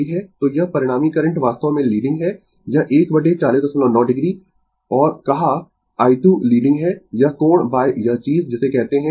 तो यह परिणामी करंट वास्तव में लीडिंग है यह 1 409 o और कहा i2 लीडिंग है यह कोण यह चीज जिसे कहते है यह i1 60 o